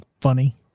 funny